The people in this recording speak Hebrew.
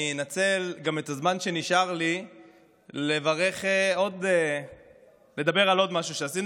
אני אנצל את הזמן שנשאר לי לדבר על עוד משהו שעשינו.